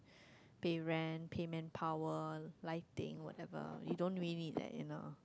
pay rent pay manpower life thing whatever you don't really need that you know